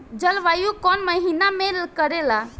जलवायु कौन महीना में करेला?